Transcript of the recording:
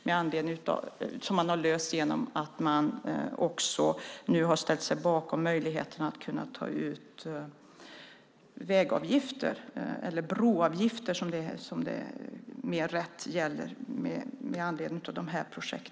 Detta har man löst genom att ställa sig bakom möjligheten att ta ut vägavgifter, eller rättare sagt broavgifter, med anledning av dessa projekt.